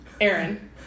Aaron